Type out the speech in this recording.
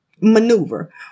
maneuver